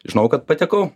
žinojau kad patekau